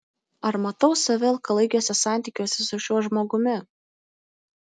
ar matau save ilgalaikiuose santykiuose su šiuo žmogumi